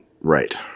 Right